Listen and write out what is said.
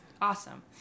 awesome